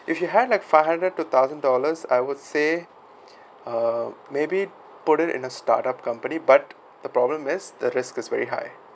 if you have like five hundred two thousand dollars I would say uh maybe put it in a start up company but the problem is the risk is very high